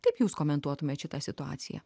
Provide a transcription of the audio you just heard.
kaip jūs komentuotumėt šitą situaciją